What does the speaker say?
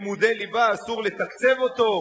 לימודי ליבה אסור לתקצב אותו,